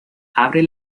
abre